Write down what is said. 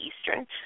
Eastern